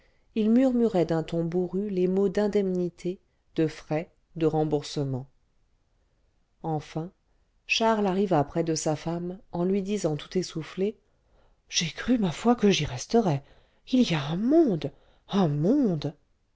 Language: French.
il murmurait d'un ton bourru les mots d'indemnité de frais de remboursement enfin charles arriva près de sa femme en lui disant tout essoufflé j'ai cru ma foi que j'y resterais il y a un monde un monde